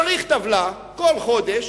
צריך טבלה כל חודש